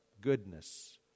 goodness